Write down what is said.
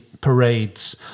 parades